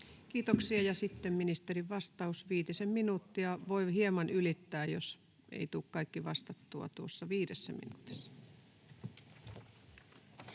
Kiitoksia. — Ja sitten ministerin vastaus, viitisen minuuttia. Voi hieman ylittää, jos ei tule kaikkiin vastattua tuossa viidessä minuutissa.